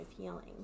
healing